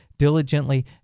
diligently